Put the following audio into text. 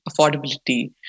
affordability